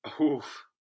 Oof